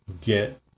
get